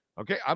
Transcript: okay